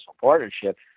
partnership